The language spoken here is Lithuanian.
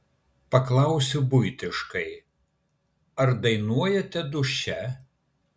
paklausiu buitiškai ar dainuojate duše